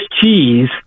cheese